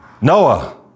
Noah